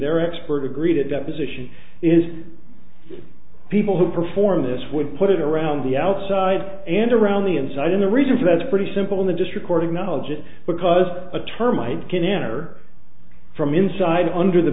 their experts agree that deposition is people who perform this would put it around the outside and around the inside and the reason for that is pretty simple in the district court acknowledge it because a termite can enter from inside under the